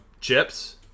chips